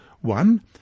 one